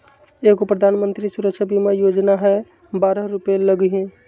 एगो प्रधानमंत्री सुरक्षा बीमा योजना है बारह रु लगहई?